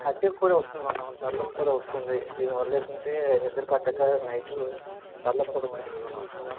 headache కూడా వస్తుంది madam తలనొప్పి కూడా వస్తుంది దీనివల్ల ఏంటంటే నిద్ర పట్టక నైటు తలనొప్పి కూడా ఎక్కువ వస్తుంది మేడం